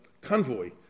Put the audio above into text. convoy